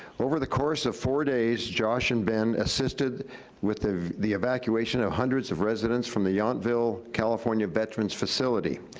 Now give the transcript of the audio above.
over the course of four days, josh and ben assisted with the the evacuation of hundreds of residents from the yountville california veterans' facility.